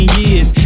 years